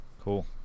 Cool